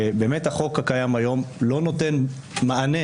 החוק הקיים היום לא נותן מענה